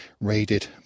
raided